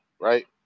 right